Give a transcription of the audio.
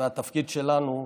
והתפקיד שלנו,